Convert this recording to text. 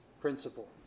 principle